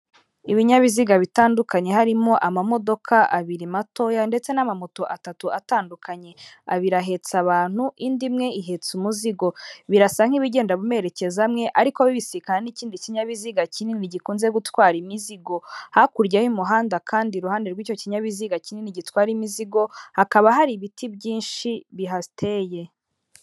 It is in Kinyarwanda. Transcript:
Ibinyabiziga bitandukanye harimo amamodoka abiri matoya ndetse n'amamoto atatu atandukanye abiri ahetse abantu indi imwe ihetse umuzigo, birasa nk'ibigenda bimerekezamwe ariko bibisika n'ikindi kinyabiziga kinini gikunze gutwara imizigo, hakurya y'umuhanda kandi iruhande rw'icyo kinyabiziga kinini gitwara imizigo hakaba hari ibiti byinshi bihateye.